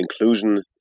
inclusion